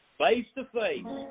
face-to-face